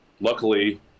luckily